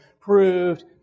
proved